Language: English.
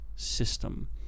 System